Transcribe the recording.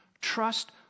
Trust